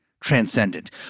transcendent